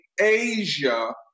Asia